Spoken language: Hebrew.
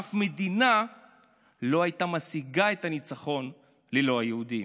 אף מדינה לא הייתה משיגה את הניצחון ללא היהודים,